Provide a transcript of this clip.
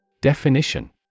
Definition